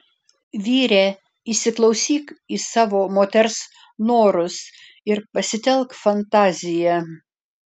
vyre įsiklausyk į savo moters norus ir pasitelk fantaziją